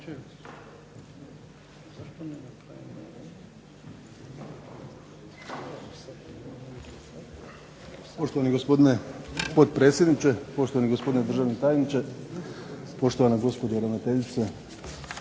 Poštovani gospodine potpredsjedniče, poštovani gospodine državni tajniče, poštovana gospođo ravnateljice